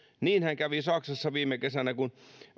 niinhän kävi saksassa viime kesänä kun